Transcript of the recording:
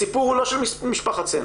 הסיפור הוא לא של משפחת סנש.